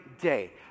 day